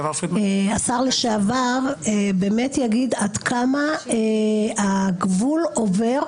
שהשר לשעבר יגיד איפה הגבול עובר,